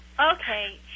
Okay